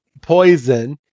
poison